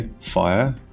fire